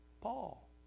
Paul